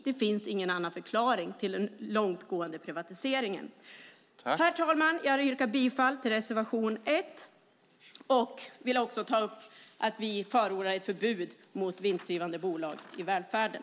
Det finns ingen annan förklaring till den långtgående privatiseringen. Herr talman! Jag yrkar bifall till reservation 1 och vill ta upp att vi förordar ett förbud mot vinstdrivande bolag i välfärden.